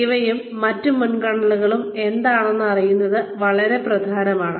അതിനാൽ ഇവയും മറ്റ് മുൻഗണനകളും എന്താണെന്ന് അറിയുന്നത് വളരെ പ്രധാനമാണ്